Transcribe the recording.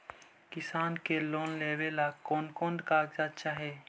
किसान के लोन लेने ला कोन कोन कागजात चाही?